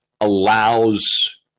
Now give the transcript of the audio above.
allows